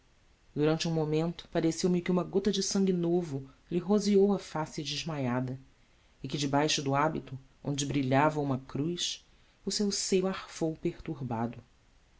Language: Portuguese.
um momento pareceu-me que uma gota de sangue novo lhe roseou a face desmaiada e que debaixo do hábito onde brilhava uma cruz o seu seio arfou perturbado